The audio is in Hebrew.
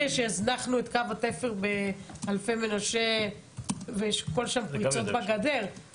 שהזנחנו את קו התפר באלפי מנשה והכול שם פריצות בגדר,